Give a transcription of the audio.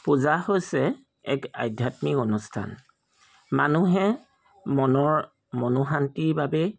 পূজা হৈছে এক আধ্যাত্মিক অনুষ্ঠান মানুহে মনৰ মনোশান্তিৰ বাবে